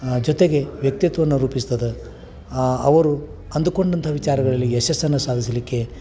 ಜೊತೆಗೆ ವ್ಯಕ್ತಿತ್ವವನ್ನು ರೂಪಿಸ್ತದೆ ಅವರು ಅಂದುಕೊಂಡಂಥ ವಿಚಾರಗಳಲ್ಲಿ ಯಶಸ್ಸನ್ನು ಸಾಧಿಸಲಿಕ್ಕೆ